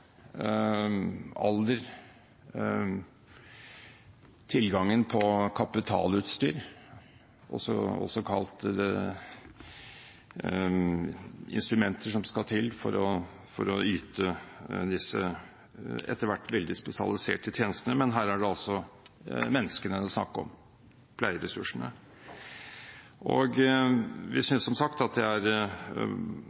tilgangen på kapitalutstyr – også kalt instrumenter – som skal til for å yte disse etter hvert veldig spesialiserte tjenestene, men her er det altså menneskene det er snakk om: pleieressursene. Vi